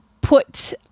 put